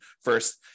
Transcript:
first